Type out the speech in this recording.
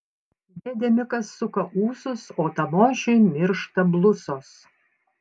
dėdė mikas suka ūsus o tamošiui miršta blusos